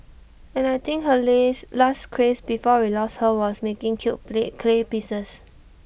and I think her last craze before we lost her was making cute clay pieces